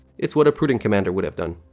it's what a prudent commander would have done.